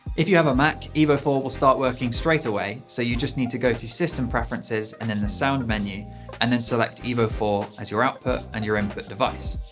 if you have a mac, evo four will start working straight away, so you just need to go to system preferences and then the sound menu and then select evo four as your output and input device.